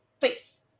face